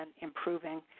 improving